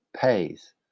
pays